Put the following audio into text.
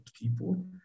people